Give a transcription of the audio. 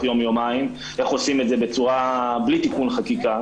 יום-יומיים איך עושים את זה בלי תיקון חקיקה.